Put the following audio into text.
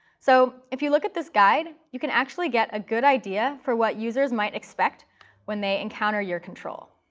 so, if you look at this guide, you can actually get a good idea for what users might expect when they encounter your control.